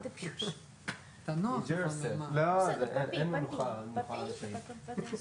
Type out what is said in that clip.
אתה לא יכול לשים את כל האחריות על כתפי המשטרה.